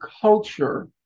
culture